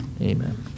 Amen